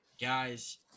Guys